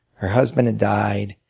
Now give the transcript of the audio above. her husband had died,